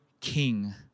King